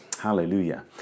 Hallelujah